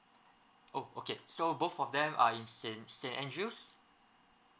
oh okay so both of them are in saint saint andrew's